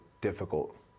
difficult